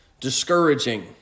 discouraging